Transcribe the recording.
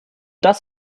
das